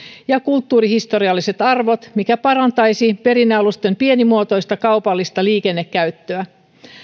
ja kulttuurihistorialliset arvot mikä parantaisi perinnealusten pienimuotoista kaupallista liikennekäyttöä